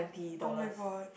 [oh]-my-god